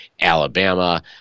Alabama